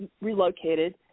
relocated